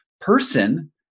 person